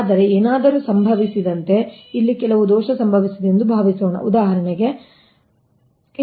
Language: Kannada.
ಆದರೆ ಏನಾದರೂ ಸಂಭವಿಸಿದಂತೆ ಇಲ್ಲಿ ಕೆಲವು ದೋಷ ಸಂಭವಿಸಿದೆ ಎಂದು ಭಾವಿಸೋಣ ಉದಾಹರಣೆಗೆ ಸರಿ